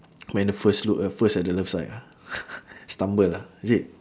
when the first look uh first at the love sight ah stumble ah is it